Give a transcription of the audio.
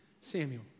Samuel